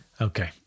okay